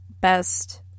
best